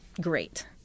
great